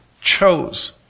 chose